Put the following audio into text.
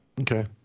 Okay